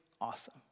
awesome